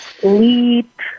sleep